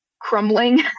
crumbling